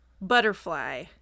Butterfly